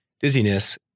dizziness